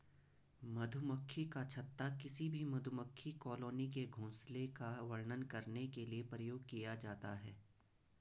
मधुमक्खी का छत्ता किसी भी मधुमक्खी कॉलोनी के घोंसले का वर्णन करने के लिए प्रयोग किया जाता है